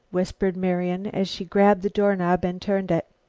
whispered marian, as she grasped the doorknob and turned it.